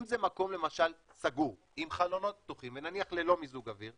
אם זה מקום למשל סגור עם חלונות פתוחים ונניח ללא מיזוג אוויר,